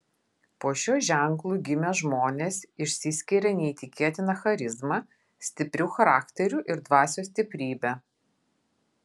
po šiuo ženklu gimę žmonės išsiskiria neįtikėtina charizma stipriu charakteriu ir dvasios stiprybe